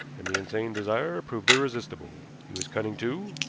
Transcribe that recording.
and the insane desire proved irresistible. he was cunning too.